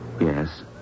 yes